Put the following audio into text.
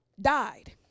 died